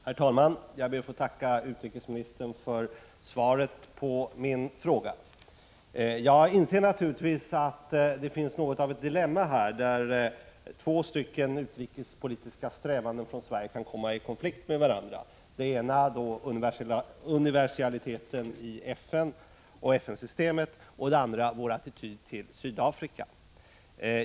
Herr talman! Jag ber att få tacka utrikesministern för svaret på min fråga. Jag inser naturligtvis att det i detta fall finns något av ett dilemma: två utrikespolitiska strävanden från svensk sida kan komma i konflikt med varandra. Dels gäller det universaliteten i FN-systemet, dels vår attityd till Sydafrika.